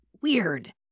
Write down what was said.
Weird